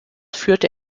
führte